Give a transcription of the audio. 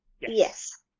Yes